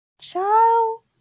Child